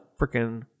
freaking